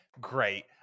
great